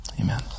Amen